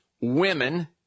women